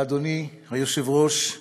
לאדוני היושב-ראש,